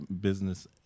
business